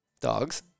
Dogs